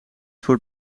voor